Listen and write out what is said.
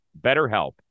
BetterHelp